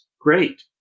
great